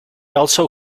also